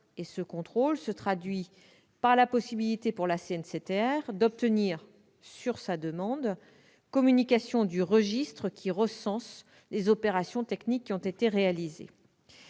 Ce contrôle se traduit par la possibilité, pour la CNCTR, d'obtenir, sur sa demande, communication du registre qui recense les opérations techniques effectuées.